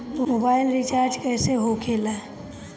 Mobile recharge कैसे होखे ला?